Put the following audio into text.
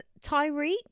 tyreek